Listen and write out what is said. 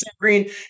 Green